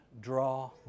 draw